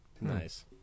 nice